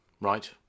Right